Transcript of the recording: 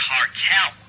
Cartel